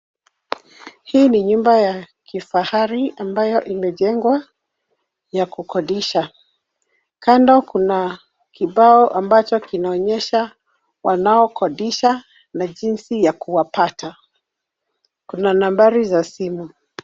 Hii ni nyumba ya kifahari ambayo imejengwa ya kukodisha. Kando kuna kibao ambacho kinaonyesha wanaokodisha na jinsi ya kuwapata. Kuna nambari za simu.